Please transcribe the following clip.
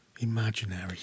Imaginary